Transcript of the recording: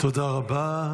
תודה רבה.